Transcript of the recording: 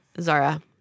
Zara